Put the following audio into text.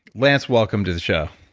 lance, welcome to the show.